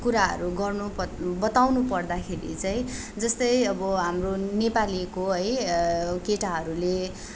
कुराहरू गर्नु पद् बताउनु पर्दाखेरि चाहिँ जस्तै अब हाम्रो नेपालीको है केटाहरूले